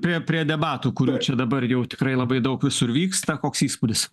prie prie debatų kurių čia dabar jau tikrai labai daug visur vyksta koks įspūdis